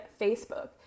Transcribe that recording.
Facebook